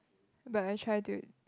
but I try to